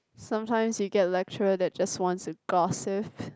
sometimes we get lecturer that just wants to gossip